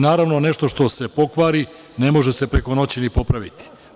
Naravno, nešto što se pokvari ne može se preko noći ni popraviti.